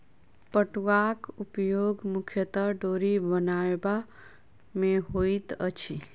पटुआक उपयोग मुख्यतः डोरी बनयबा मे होइत अछि